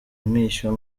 umwishywa